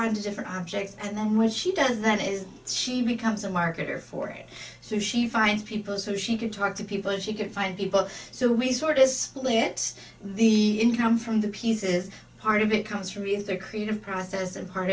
on two different objects and then what she does that is she becomes a marketer for it so she finds people so she can talk to people and she can find people so we sort is split the income from the pieces part of it comes from the entire creative process and part